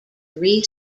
three